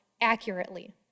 accurately